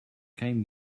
came